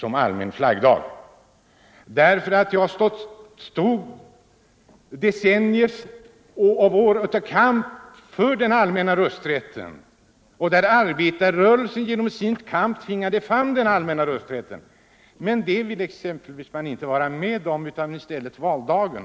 Vi har föreslagit det därför att det har stått decenniers kamp för den allmänna rösträtten och därför att det är arbetarrörelsen som genom denna sin kamp har tvingat fram allmän rösträtt. Det vill man emellertid nu inte vara med om, utan man vill i stället fira valdagen.